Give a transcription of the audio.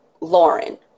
Lauren